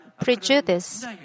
prejudice